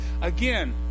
Again